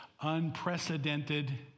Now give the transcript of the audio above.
unprecedented